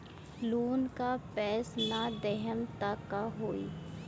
Loan का पैस न देहम त का होई?